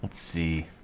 c?